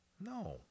No